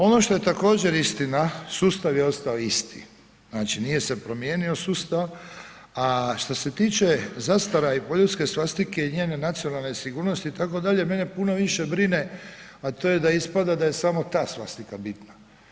Ono što je također istina, sustav je ostao isti, znači nije se promijenio sustav a što se tiče zastara i poljudske svastike i njene nacionalne sigurnosti itd., mene puno više brine a to je da ispada da je samo ta svastika bitna.